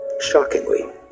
Shockingly